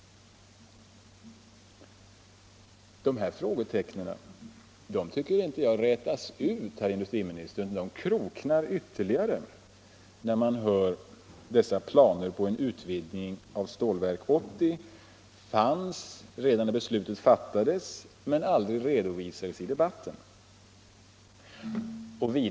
Dessa frågetecken tycker jag inte rätas ut, utan de kroknar ytterligare när man nu hör att planer på en utvidgning av Stålverk 80 fanns redan då beslutet fattades men aldrig redovisades i debatten.